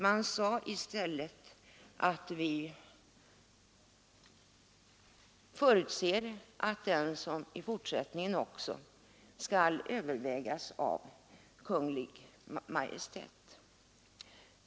Man förutsatte i stället att domkretsindelningen även i fortsättningen skulle övervägas av Kungl. Maj:t.